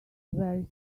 very